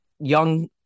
young